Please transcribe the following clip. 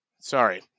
sorry